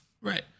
Right